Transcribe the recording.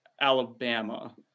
Alabama